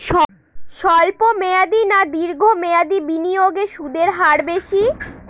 স্বল্প মেয়াদী না দীর্ঘ মেয়াদী বিনিয়োগে সুদের হার বেশী?